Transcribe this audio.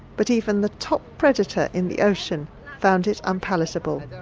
but even the top predator in the ocean found it unpalatable.